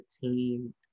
team